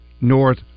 North